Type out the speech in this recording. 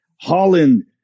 Holland